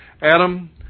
Adam